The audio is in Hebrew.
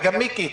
וגם מיקי,